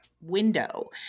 window